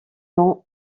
nom